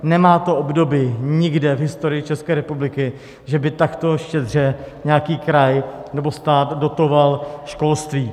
Nemá to obdoby nikde v historii České republiky, že by takto štědře nějaký kraj nebo stát dotoval školství.